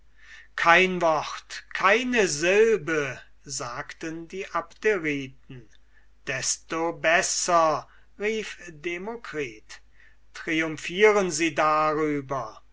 kein wort keine sylbe sagten die abderiten desto besser rief demokritus triumphieren sie darüber